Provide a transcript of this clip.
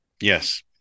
Yes